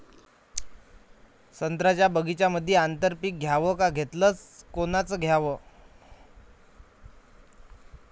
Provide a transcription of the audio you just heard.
संत्र्याच्या बगीच्यामंदी आंतर पीक घ्याव का घेतलं च कोनचं घ्याव?